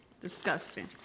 disgusting